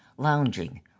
lounging